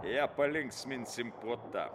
ją palinksminsim puota